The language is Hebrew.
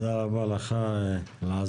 תודה רבה לך אלעזר.